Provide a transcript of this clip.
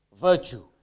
virtue